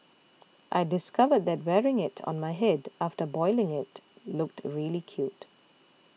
I discovered that wearing it on my head after boiling it looked really cute